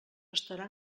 restarà